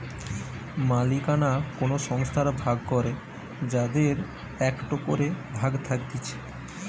মালিকানা কোন সংস্থার ভাগ করে যাদের একটো করে ভাগ থাকতিছে